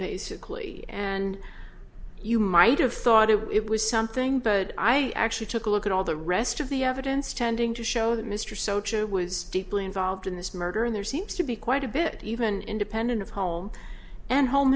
basically and you might have thought it was something but i actually took a look at all the rest of the evidence tending to show that mr socha was deeply involved in this murder and there seems to be quite a bit even independent of home and home